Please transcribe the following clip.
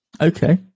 okay